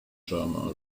drama